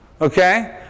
Okay